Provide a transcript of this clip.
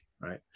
right